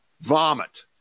Vomit